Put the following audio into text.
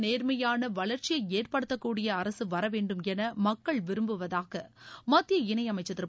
நேர்மையான வளர்ச்சியை ஏற்படுத்தக்கூடிய அரசு வர வேண்டுமென மக்கள் விரும்புவதாக மத்திய இணையமைச்சர் திரு